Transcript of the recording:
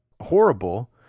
horrible